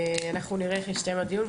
אנחנו נראה איך יסתיים הדיון,